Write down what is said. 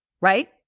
right